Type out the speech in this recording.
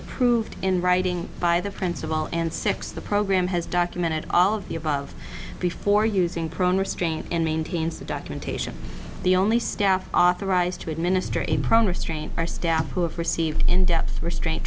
approved in writing by the principal and six the program has documented all of the above before using prone restraint and maintains the documentation the only staff authorized to administer in progress train our staff who have received in depth restraint